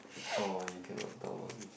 oh you cannot talk about it